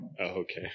okay